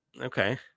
Okay